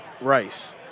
rice